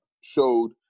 showed